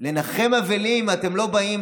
לנחם אבלים אתם לא באים,